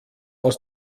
aus